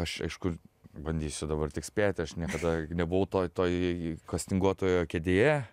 aš aišku bandysiu dabar tik spėti aš niekada nebuvau toj toj kastinguotojo kėdėje